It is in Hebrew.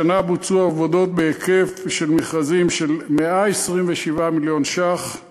השנה בוצעו עבודות בהיקף מכרזים של 127 מיליון שקלים